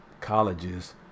colleges